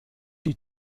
die